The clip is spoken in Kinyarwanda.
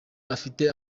afite